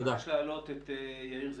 אני מבקש להעלות את יאיר זילברמן,